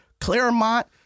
Claremont